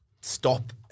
stop